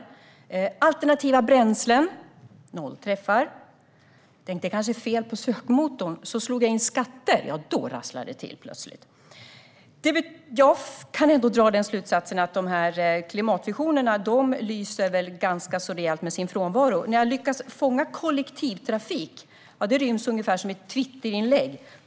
Jag sökte på alternativa bränslen - noll träffar. Jag tänkte: Det kanske är fel på sökmotorn. Jag sökte på skatter. Då rasslade det plötsligt till. Jag kan dra slutsatsen att klimatvisionen lyser ganska rejält med sin frånvaro. Jag lyckas fånga kollektivtrafik. Det är ungefär som ett Twitterinlägg.